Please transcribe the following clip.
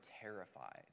terrified